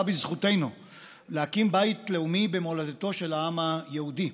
בזכותנו להקים בית לאומי במולדתו של העם היהודי.